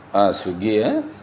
స్విగ్గీయా